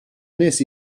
wnes